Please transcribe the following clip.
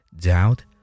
doubt